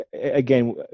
again